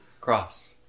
Cross